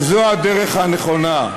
וזו הדרך הנכונה.